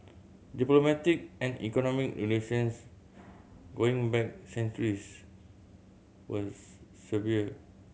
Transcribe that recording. diplomatic and economic relations going back centuries was severed